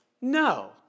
No